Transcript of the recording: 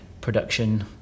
production